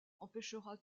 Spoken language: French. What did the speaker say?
empêchera